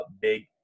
big